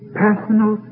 personal